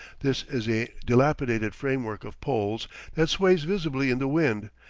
this is a dilapidated framework of poles that sways visibly in the wind,